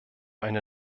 eine